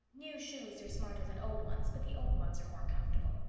new shoes are smarter than old ones, but the old ones are more comfortable.